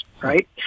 right